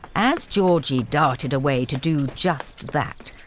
as georgie darted away to do just that,